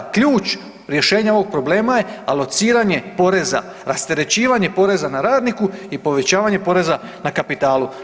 Ključ rješenja ovog problema je alociranje poreza, rasterećivanje poreza na radniku i povećavanje poreza na kapitalu.